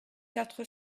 quatre